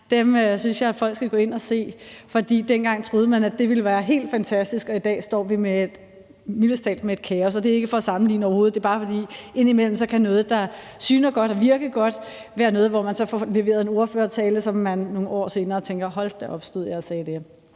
synes jeg at folk skal gå ind at se, for dengang troede man, at det ville være fantastisk, og i dag står vi mildest talt med et kaos. Det er overhovedet ikke for at sammenligne. Det er bare for at sige, at indimellem kan noget, der syner godt og virker godt, være noget, som man så leverer en ordførertale om, og så tænker man nogle år senere: Hold da op, stod jeg og sagde det?